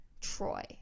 Troy